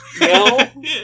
No